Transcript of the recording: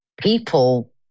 people